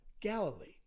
Galilee